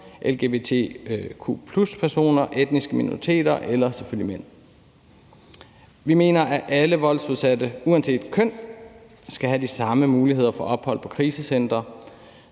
etniske minoriteter eller selvfølgelig mænd. Vi mener, at alle voldsudsatte uanset køn skal have de samme muligheder for ophold på krisecentre